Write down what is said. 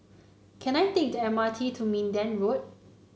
can I take the M R T to Minden Road